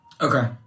Okay